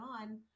on